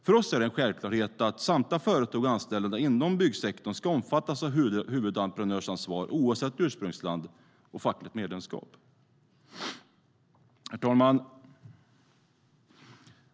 För oss är det en självklarhet att samtliga företag och anställda inom byggsektorn ska omfattas av ett huvudentreprenörsansvar, oavsett ursprungsland och fackligt medlemskap. Herr talman!